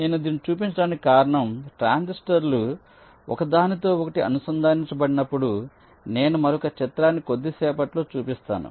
నేను దీన్ని చూపించడానికి కారణం ట్రాన్సిస్టర్లు ఒకదానితో ఒకటి అనుసంధానించబడినప్పుడు నేను మరొక చిత్రాన్ని కొద్దిసేపట్లో చూపిస్తాను